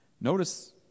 Notice